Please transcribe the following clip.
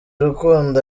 rukundo